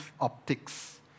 optics